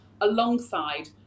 alongside